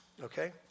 okay